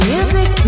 Music